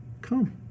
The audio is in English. Come